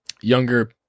younger